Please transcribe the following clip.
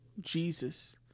Jesus